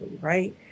right